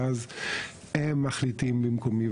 ואז הם מחליטים במקומי.